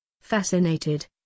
Fascinated